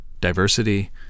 diversity